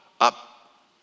up